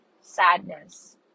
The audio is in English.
sadness